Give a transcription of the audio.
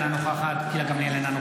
אינה נוכחת גילה גמליאל,